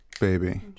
baby